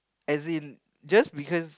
as in just because